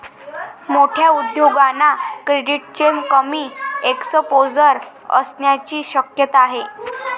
मोठ्या उद्योगांना क्रेडिटचे कमी एक्सपोजर असण्याची शक्यता आहे